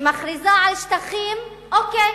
שמכריזה על שטחים, אוקיי,